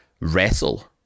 wrestle